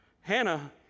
Hannah